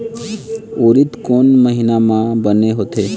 उरीद कोन महीना म बने होथे?